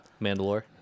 Mandalore